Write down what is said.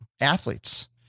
athletes